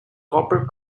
copper